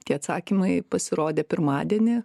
tie atsakymai pasirodė pirmadienį